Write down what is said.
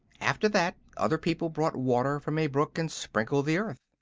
after that other people brought water from a brook and sprinkled the earth.